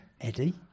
Eddie